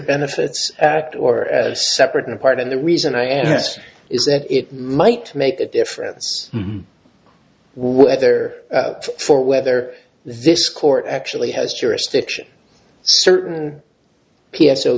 benefits act or separate and apart and the reason i asked is that it might make a difference whether for whether this court actually has jurisdiction certain p s o